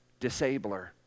disabler